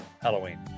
Halloween